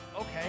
Okay